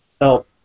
help